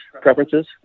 preferences